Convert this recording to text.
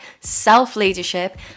self-leadership